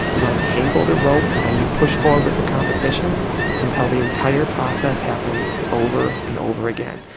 you untangle the rope and you push forward with the competition until the entire process happens over and over again.